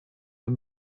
for